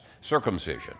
circumcision